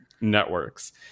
networks